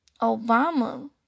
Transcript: Obama